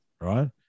right